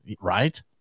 Right